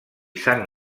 sang